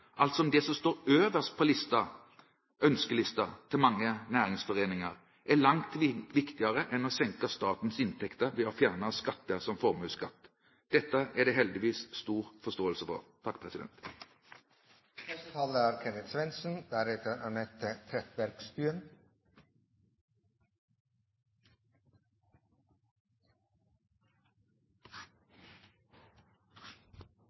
altså det som står øverst på ønskelisten til mange næringsforeninger, er langt viktigere enn å senke statens inntekter ved å fjerne skatter som formuesskatt. Dette er det heldigvis stor forståelse for.